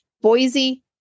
Boise